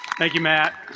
thank you matt